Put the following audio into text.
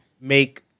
make